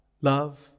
love